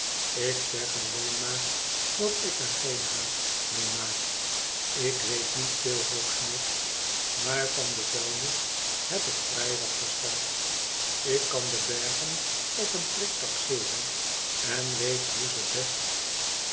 ik zeg alleen maar dat ik er geen haast mee maak ik weet niet veel rokesmith maar van de vuilnis heb ik vrij wat verstand ik kan de bergen op eea prik taxeeren en weet hoe ze best